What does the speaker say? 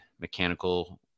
mechanical